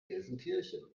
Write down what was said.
gelsenkirchen